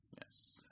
Yes